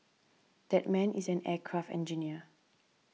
that man is an aircraft engineer